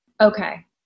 Okay